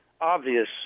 obvious